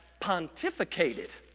pontificated